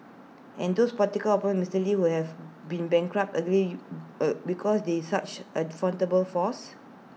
and those political opponents Mister lee who have been bankrupted allegedly because they such at formidable foes